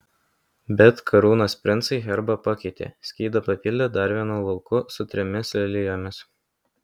bet karūnos princai herbą pakeitė skydą papildė dar vienu lauku su trimis lelijomis